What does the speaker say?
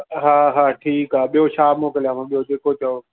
हा हा ठीकु आहे ॿियो छा मोकिलियांव ॿियो जेको चओ